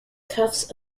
cuffs